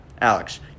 Alex